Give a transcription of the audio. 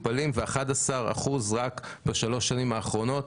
ו-11% רק בשלוש השנים האחרונות.